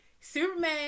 Superman